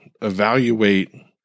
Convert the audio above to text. evaluate